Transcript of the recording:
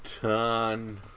ton